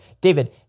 David